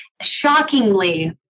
shockingly